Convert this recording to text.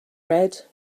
red